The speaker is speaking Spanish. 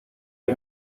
que